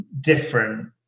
different